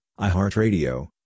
iHeartRadio